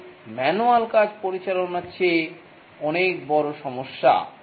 এটি ম্যানুয়াল কাজ পরিচালনার চেয়ে অনেক বড় সমস্যা